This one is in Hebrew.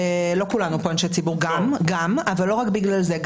לא כולנו פה אנשי ציבור, אבל לא רק בגלל זה.